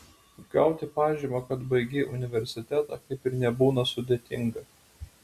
gauti pažymą kad baigei universitetą kaip ir nebūna sudėtinga